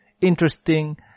interesting